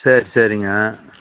சேரி சரிங்க